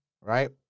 right